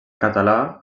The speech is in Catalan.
català